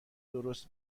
درست